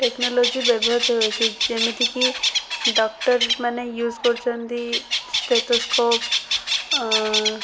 technology ବ୍ୟବହୃତ ହେଉଛି ଯେମିତିକି ଡ଼କ୍ଟର୍ମାନେ ୟୁଜ୍ କରୁଛନ୍ତି ଷ୍ଟେଥୋସ୍କୋପ୍